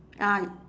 ah